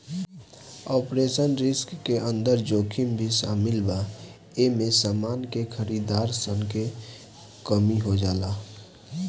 operational risk के अंदर जोखिम भी शामिल बा एमे समान के खरीदार सन के कमी हो जाला